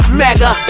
mega